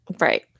right